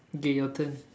okay your turn